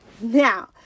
now